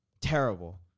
Terrible